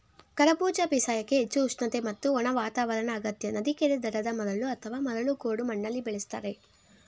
ಕರಬೂಜ ಬೇಸಾಯಕ್ಕೆ ಹೆಚ್ಚು ಉಷ್ಣತೆ ಮತ್ತು ಒಣ ವಾತಾವರಣ ಅಗತ್ಯ ನದಿ ಕೆರೆ ದಡದ ಮರಳು ಅಥವಾ ಮರಳು ಗೋಡು ಮಣ್ಣಲ್ಲಿ ಬೆಳೆಸ್ತಾರೆ